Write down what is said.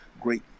great